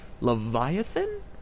Leviathan